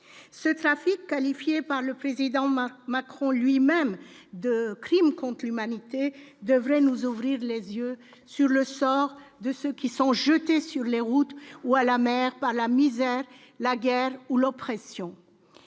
ce trafic qualifié par le président maintenant lui-même de crimes contre humanité devrait nous ouvrir les yeux sur le sort de ceux qui sont jetés sur les routes ou à la mer par la misère, la guerre ou l'oppression